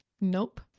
Nope